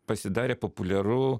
pasidarė populiaru